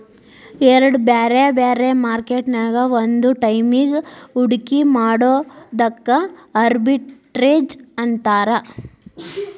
ಎರಡ್ ಬ್ಯಾರೆ ಬ್ಯಾರೆ ಮಾರ್ಕೆಟ್ ನ್ಯಾಗ್ ಒಂದ ಟೈಮಿಗ್ ಹೂಡ್ಕಿ ಮಾಡೊದಕ್ಕ ಆರ್ಬಿಟ್ರೇಜ್ ಅಂತಾರ